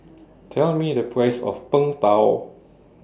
Tell Me The Price of Png Tao